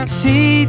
see